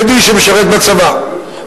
לבדואי שמשרת בצבא,